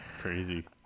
crazy